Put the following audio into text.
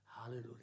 Hallelujah